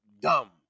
dumb